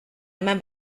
eman